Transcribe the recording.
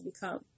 become